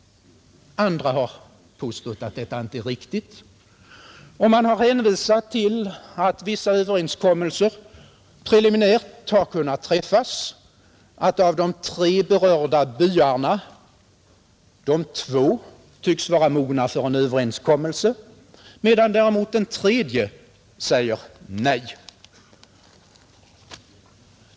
Andra har påstått att detta inte är riktigt, och man har hänvisat till att vissa överenskommelser preliminärt har kunnat träffas, att av de tre berörda samebyarna två tycks vara mogna för en överenskommelse, medan däremot den tredje säger nej.